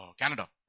Canada